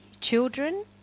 children